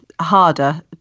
harder